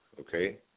Okay